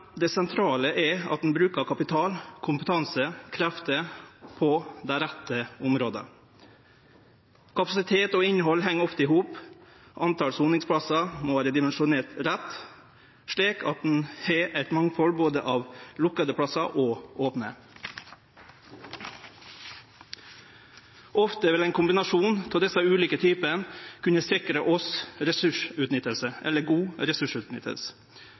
det sentrale er at ein brukar kapital, kompetanse og krefter på dei rette områda. Kapasitet og innhald heng ofte i hop, talet på soningsplassar må vere dimensjonert rett, slik at ein har eit mangfald både av lukka plassar og av opne. Ofte vil ein kombinasjon av desse ulike typane kunne sikre oss god